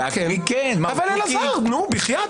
להקריא כן, אבל --- אלעזר, נו בחיאת.